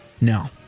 No